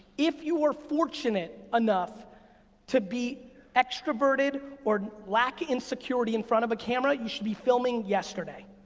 if you are fortunate enough to be extroverted or lack insecurity in front of a camera, you should be filming yesterday.